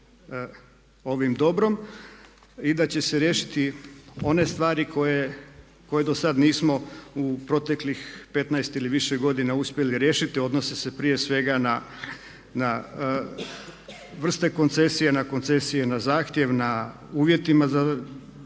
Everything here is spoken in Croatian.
ovim dobrom i da će se riješiti one stvari koje do sad nismo u proteklih 15 ili više godina uspjeli riješiti. Odnose se prije svega na vrste koncesije, na zahtjev, na uvjetima